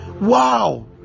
wow